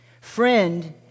Friend